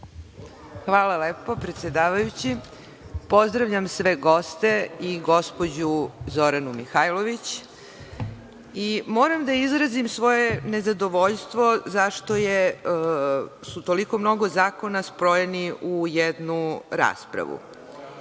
Hvala lepo predsedavajući, pozdravljam sve goste i gospođu Zoranu Mihajlović. Moram da izrazim svoje nezadovoljstvo, zašto su toliko mnogo zakona spojeni u jednu raspravu.